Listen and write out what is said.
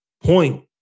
point